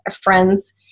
friends